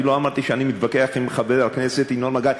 אני לא אמרתי שאני מתווכח עם חבר הכנסת ינון מגל.